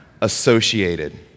associated